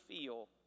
feel